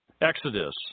Exodus